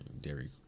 Dairy